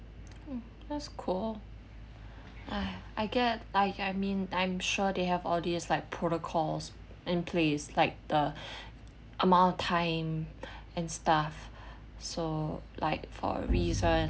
that's cool !hais! I get like I mean I'm sure they have all these like protocols in place like the amount of time and stuff so like for a reason